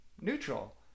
neutral